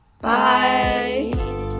Bye